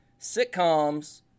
sitcoms